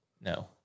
no